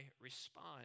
respond